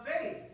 faith